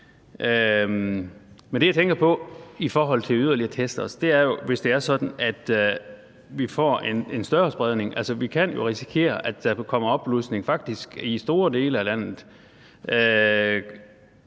Men det, jeg tænker på i forhold til yderligere test, er jo, hvis det er sådan, at vi får en større spredning. Vi kan jo risikere, at der faktisk kommer en opblusning i store dele af landet.